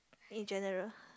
in general